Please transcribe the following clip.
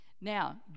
Now